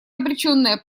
обреченная